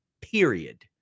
period